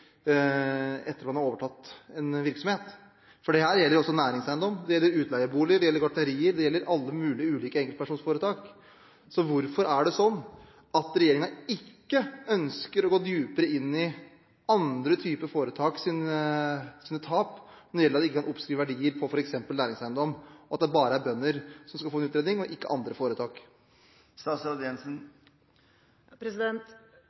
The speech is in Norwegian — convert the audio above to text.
etter at man har overtatt en virksomhet. For dette gjelder også næringseiendom, det gjelder utleieboliger, gartnerier og alle mulige ulike enkeltpersonforetak. Så hvorfor er det sånn at regjeringen ikke ønsker å gå dypere inn i tapene til andre typer foretak, men ikke i det hele tatt kan oppskrive verdier på f.eks. næringseiendom – at det bare er bønder som skal få en utredning, og ikke andre foretak?